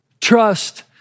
trust